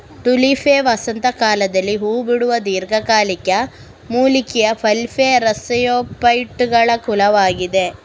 Tulipa ವಸಂತ ಕಾಲದಲ್ಲಿ ಹೂ ಬಿಡುವ ದೀರ್ಘಕಾಲಿಕ ಮೂಲಿಕೆಯ ಬಲ್ಬಿಫೆರಸ್ಜಿಯೋಫೈಟುಗಳ ಕುಲವಾಗಿದೆ